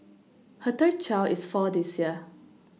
her third child is four this year